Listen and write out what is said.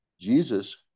Jesus